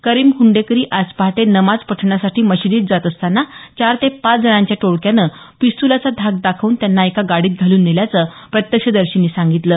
करीम हुंडेकरी आज पहाटे नमाज पठणासाठी मशिदीत जात असतांना चार ते पाच जणांच्या टोळक्याने पिस्तुलाचा धाक दाखवून त्यांना एका गाडीत घालून नेल्याचं प्रत्यक्षदर्शींनी सांगितलं